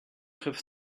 have